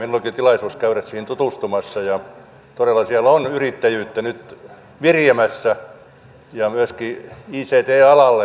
meillä olikin tilaisuus käydä siihen tutustumassa ja todella siellä on yrittäjyyttä nyt viriämässä myöskin ict alalle